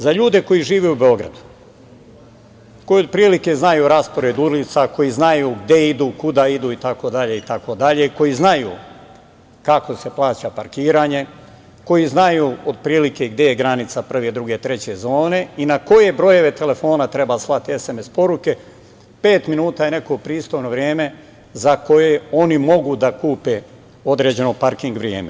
Za ljude koji žive u Beogradu, koji otprilike znaju raspored ulica, koji znaju gde idu, kuda idu, itd, koji znaju kako se plaća parkiranje, koji znaju otprilike gde je granica prve, druge, treće zone i na koje brojeve telefona treba slati SMS poruke, pet minuta je neko pristojno vreme za koje oni mogu da kupe određeno parking vreme.